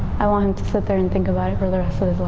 i want to sit there and think about where they're